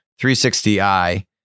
360i